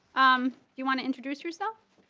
um you want to introduce yourself.